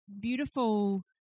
beautiful